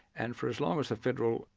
and for as long as the federal,